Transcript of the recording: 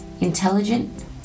intelligent